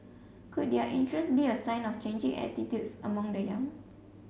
could their interest be a sign of changing attitudes amongst the young